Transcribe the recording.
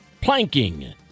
planking